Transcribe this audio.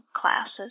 classes